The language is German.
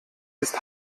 ist